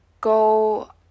go